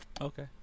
Okay